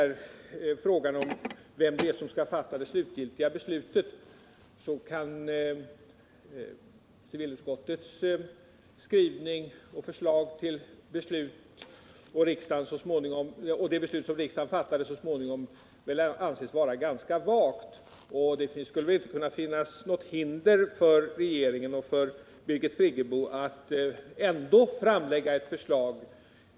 I frågan om vem som skall fatta det slutgiltiga avgörandet kan väl civilutskottets skrivning och förslag till utformning av det beslut som riksdagen så småningom fattade anses ha en ganska vag utformning. Det skulle väl inte finnas något hinder för regeringen och för Birgit Friggebo att själva framlägga ett förslag i frågan.